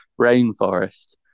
rainforest